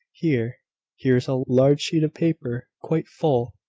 here here is a large sheet of paper, quite full,